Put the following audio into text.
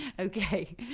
okay